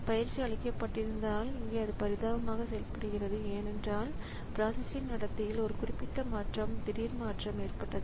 பயிற்சியளிக்கப்பட்டிருந்தால் இங்கே அது பரிதாபமாக செயல்படுகிறது ஏனெனில் பிராசஸ்ன் நடத்தையில் ஒரு குறிப்பிட்ட மாற்றம் திடீர் மாற்றம் ஏற்பட்டது